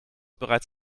bereits